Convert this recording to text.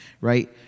right